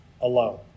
alone